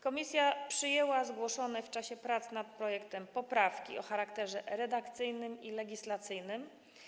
Komisja przyjęła zgłoszone w czasie prac nad projektem poprawki o charakterze redakcyjnym i legislacyjnym.